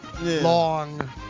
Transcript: long